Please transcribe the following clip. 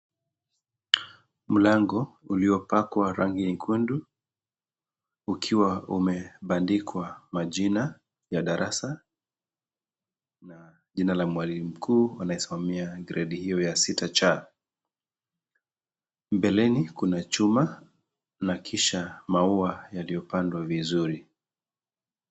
Mlango uliopakwa rangi nyekundu ukiwa umebandikwa majina ya darasa na jina la mwalimu mkuu anayesimamia gredi hiyo ya sita C. Mbeleni kuna chuma na kisha maua yaliyopandwa vizuri.